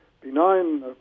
benign